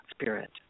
spirit